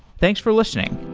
thanks for listening